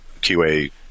QA